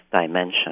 dimension